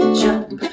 jump